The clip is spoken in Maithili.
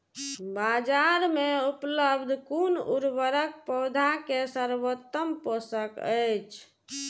बाजार में उपलब्ध कुन उर्वरक पौधा के सर्वोत्तम पोषक अछि?